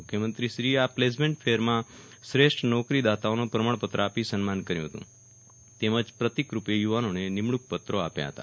મુખ્યુમંત્રીશ્રીએ આ પ્લેસમેન્ટ ફેરમાં શ્રેષ્ઠ નોકરી દાતાઓનું પ્રમાણપત્ર આપી સન્માન કર્યુ હતું તેમજ પ્રતિકરૂપે યુવાનોને નિમણૂંક પત્રો આપ્યા હતા